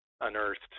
unearthed